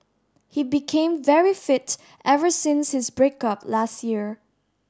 he became very fit ever since his break up last year